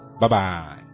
Bye-bye